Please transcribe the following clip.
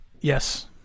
Yes